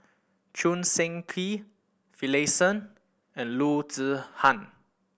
Choo Seng Quee Finlayson and Loo Zihan